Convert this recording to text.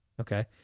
Okay